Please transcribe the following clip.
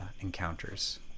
encounters